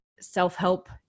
self-help